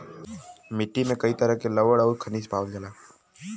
मट्टी में कई तरह के लवण आउर खनिज पावल जाला